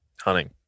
hunting